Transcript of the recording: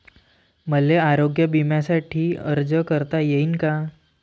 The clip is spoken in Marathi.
मले आरोग्य बिम्यासाठी अर्ज करता येईन का?